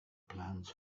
plans